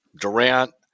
Durant